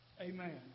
Amen